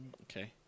Okay